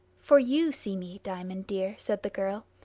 for you see me, diamond, dear, said the girl,